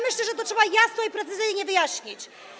Myślę, że to trzeba jasno i precyzyjnie wyjaśnić.